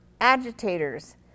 agitators